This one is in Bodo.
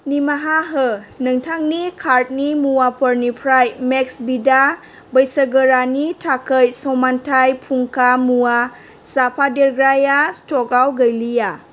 निमाहा हो नोंथांनि कार्टनि मुवाफोरनिफ्राय मेक्सविदा बैसो गोरानि थाखाय समानथाइ फुंखा मुवा जाफादेरग्राया स्टकआव गैलिया